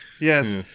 yes